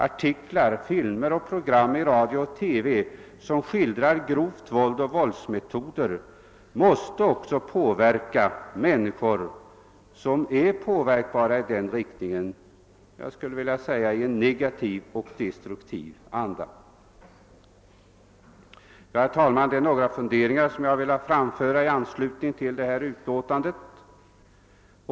Artiklar, filmer och program i radio och TV som skildrar grovt våld och våldsmetoder måste också i en negativ och destruktiv riktning påverka människor som lätt tar intryck av sådant. Herr talman! Detta var några funderingar som jag har velat framföra i anslutning till förevarande utlåtande.